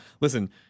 listen